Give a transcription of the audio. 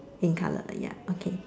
same colour ya okay